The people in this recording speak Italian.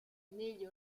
negli